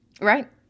right